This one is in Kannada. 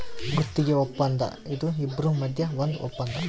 ಗುತ್ತಿಗೆ ವಪ್ಪಂದ ಇದು ಇಬ್ರು ಮದ್ಯ ಒಂದ್ ವಪ್ಪಂದ